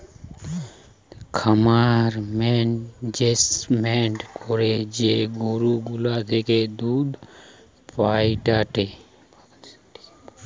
খামার মেনেজমেন্ট করে যে গরু গুলা থেকে দুধ পায়েটে